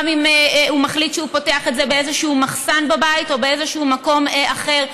גם אם הוא מחליט שהוא פותח את זה באיזה מחסן בבית או באיזה מקום אחר,